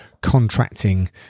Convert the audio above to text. contracting